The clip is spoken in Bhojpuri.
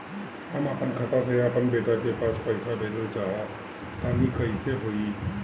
हम आपन खाता से आपन बेटा के पास पईसा भेजल चाह तानि कइसे होई?